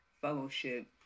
fellowship